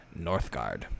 Northgard